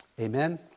Amen